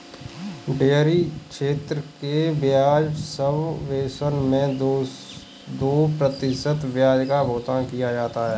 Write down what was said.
dairy क्षेत्र के ब्याज सबवेसन मैं दो प्रतिशत ब्याज का भुगतान किया जाता है